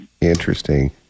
Interesting